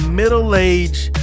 middle-aged